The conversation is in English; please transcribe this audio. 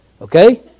Okay